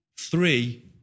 three